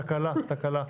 זו תקלה.